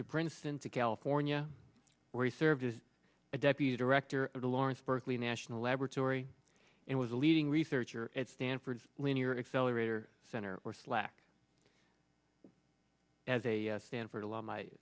to princeton to california where he served as a deputy director of the lawrence berkeley national laboratory and was a leading researcher at stanford linear accelerator center or slack as a stanford alumni